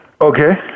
Okay